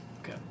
Okay